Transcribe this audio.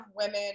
women